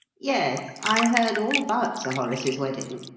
yes, i heard all about sir horace's wedding.